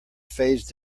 phase